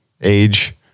age